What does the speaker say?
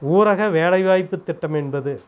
ஊரக வேலைவாய்ப்புத் திட்டம் என்பது